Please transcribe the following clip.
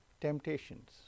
temptations